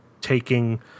taking